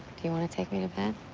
do you want to take me to bed?